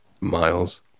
Miles